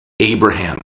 Abraham